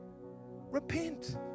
repent